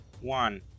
one